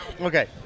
Okay